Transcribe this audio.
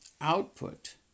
output